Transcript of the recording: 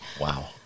wow